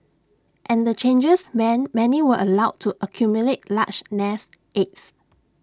and the changes meant many were allowed to accumulate large nest eggs